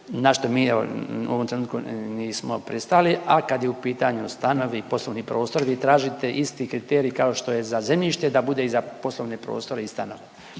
na što mi u ovom trenutku nismo pristali. A kad je u pitanju stanovi i poslovni prostor vi tražite isti kriterij kao što je za zemljište da bude i za poslovne prostore i stanove,